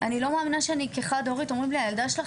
אני לא מאמינה שאני כחד הורית אנשים אומרים לי "הילדה שלך,